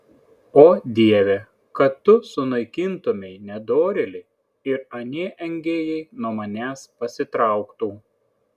o dieve kad tu sunaikintumei nedorėlį ir anie engėjai nuo manęs pasitrauktų